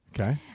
Okay